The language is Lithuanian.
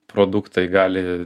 produktai gali